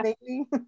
baby